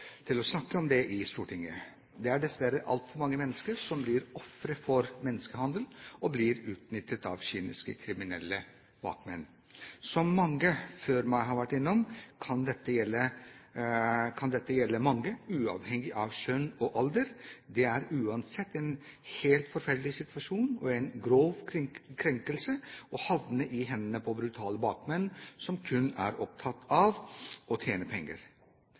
til å snakke om det i Stortinget. Det er dessverre altfor mange mennesker som blir ofre for menneskehandel og blir utnyttet av kyniske kriminelle bakmenn. Som mange før meg har vært innom, kan dette gjelde mange, uavhengig av kjønn og alder. Det er uansett en helt forferdelig situasjon og en grov krenkelse å havne i hendene på brutale bakmenn som kun er opptatt av å tjene penger.